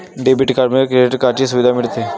debit कार्डमुळे credit कार्डची सुविधा मिळते